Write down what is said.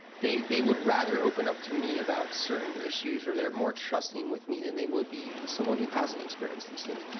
they they would rather open up to me about certain issues or they're more trusting with me than they would be with someone who hasn't experienced these things.